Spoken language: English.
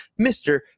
Mr